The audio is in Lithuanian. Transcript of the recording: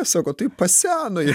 sako tai paseno